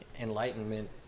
enlightenment